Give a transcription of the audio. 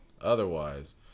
Otherwise